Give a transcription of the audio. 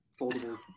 foldable